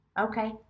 Okay